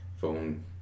phone